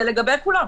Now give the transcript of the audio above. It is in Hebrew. זה לגבי כולם.